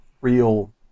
real